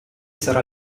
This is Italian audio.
sarà